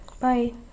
Bye